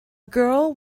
girl